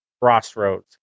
crossroads